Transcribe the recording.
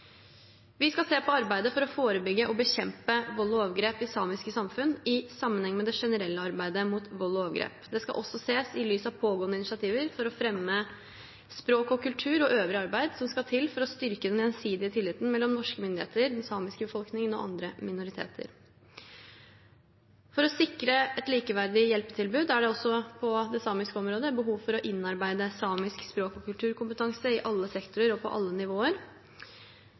Vi skal se på arbeidet for å forebygge og bekjempe vold og overgrep i samiske samfunn i sammenheng med det generelle arbeidet mot vold og overgrep. Det skal også ses i lys av pågående initiativer for å fremme språk og kultur og øvrig arbeid som skal til for å styrke den gjensidige tilliten mellom norske myndigheter og den samiske befolkningen og andre minoriteter. For å sikre et likeverdig hjelpetilbud er det også på det samiske området behov for å innarbeide samisk språk- og kulturkompetanse i alle sektorer og på alle nivåer.